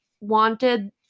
wanted